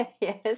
yes